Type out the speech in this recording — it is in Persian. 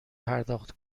پرداخت